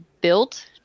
built